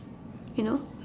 you know